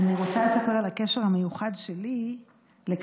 אני רוצה לספר על הקשר המיוחד שלי לכלב,